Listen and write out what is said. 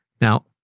Now